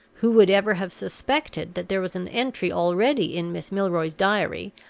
who would ever have suspected that there was an entry already in miss milroy's diary,